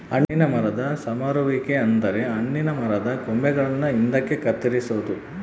ಹಣ್ಣಿನ ಮರದ ಸಮರುವಿಕೆ ಅಂದರೆ ಹಣ್ಣಿನ ಮರದ ಕೊಂಬೆಗಳನ್ನು ಹಿಂದಕ್ಕೆ ಕತ್ತರಿಸೊದು